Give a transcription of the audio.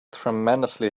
tremendously